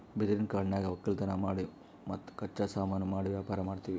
ಬಿದಿರಿನ್ ಕಾಡನ್ಯಾಗ್ ವಕ್ಕಲತನ್ ಮಾಡಿ ಮತ್ತ್ ಕಚ್ಚಾ ಸಾಮಾನು ಮಾಡಿ ವ್ಯಾಪಾರ್ ಮಾಡ್ತೀವಿ